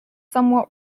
somewhat